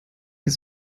ist